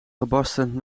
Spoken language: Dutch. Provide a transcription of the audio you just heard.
gebarsten